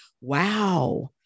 wow